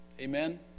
Amen